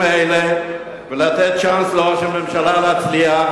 האלה ולתת צ'אנס לראש הממשלה להצליח,